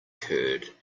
curd